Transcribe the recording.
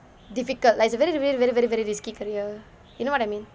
difficult like it's a very very very very very risky career you know what I mean